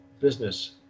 business